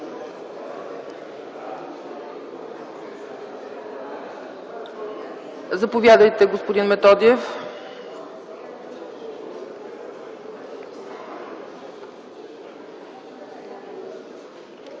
Заповядайте, господин Методиев.